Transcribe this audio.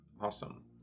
awesome